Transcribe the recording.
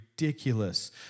Ridiculous